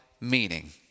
meaning